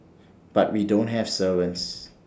but we don't have servants